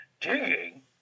digging